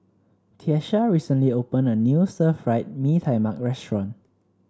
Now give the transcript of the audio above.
Tiesha recently opened a new Stir Fried Mee Tai Mak restaurant